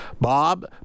Bob